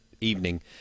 evening